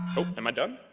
oh, am i done?